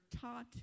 taught